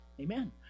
Amen